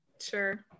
Sure